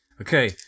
Okay